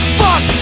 fuck